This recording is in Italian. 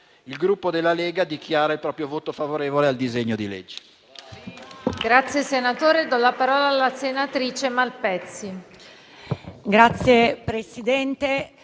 il Gruppo Lega dichiara il proprio voto favorevole al disegno di legge.